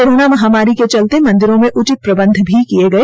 corona महामारी के चलते मंदिरों में उचित प्रबंध भी किए गए